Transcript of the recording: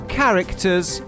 characters